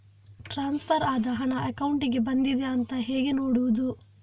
Transfer ಆದ ಹಣ ಅಕೌಂಟಿಗೆ ಬಂದಿದೆ ಅಂತ ಹೇಗೆ ನೋಡುವುದು?